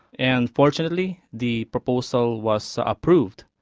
and fortunately the proposal was approved.